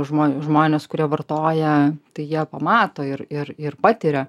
žmon žmonės kurie vartoja tai jie pamato ir ir ir patiria